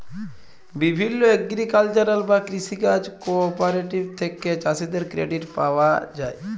বিভিল্য এগ্রিকালচারাল বা কৃষি কাজ কোঅপারেটিভ থেক্যে চাষীদের ক্রেডিট পায়া যায়